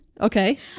Okay